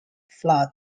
flood